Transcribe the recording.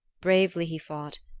bravely he fought,